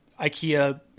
Ikea